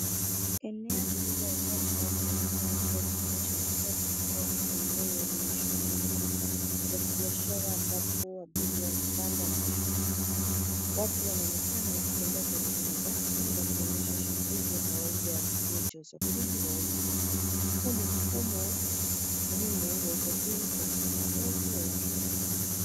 Eneo lililoonyeshwa linaonekana kuwa kituo cha matatu au eneo lenye shughuli nyingi za kibiashara, ambapo abiria hupanda na kushuka. Watu wanaonekana wakitembea karibu na basi wakionyesha shughuli ya kawaida ya kituo cha usafiri wa umma. Huu ni mfumo muhimu wa usafiri kwa maelfu ya wakenya kila siku.